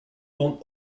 bande